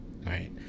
right